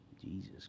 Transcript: Jesus